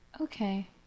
Okay